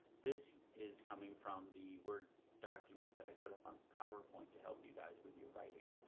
this is coming from the word document that i put on powerpoint to help you guys with you writing.